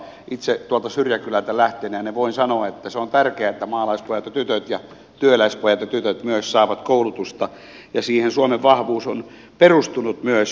itse tuolta syrjäkylältä lähteneenä voin sanoa että se on tärkeää että maalaispojat ja tytöt ja työläispojat ja tytöt myös saavat koulutusta ja siihen suomen vahvuus on perustunut myös